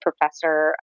professor